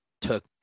took